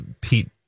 Pete